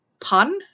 pun